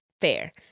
Fair